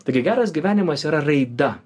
taigi geras gyvenimas yra raida